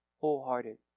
wholehearted